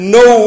No